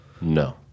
No